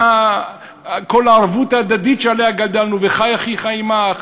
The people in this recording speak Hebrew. כל הערבות ההדדית שעליה גדלנו, "וחי אחיך עמך"